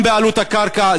גם בעלות הקרקע.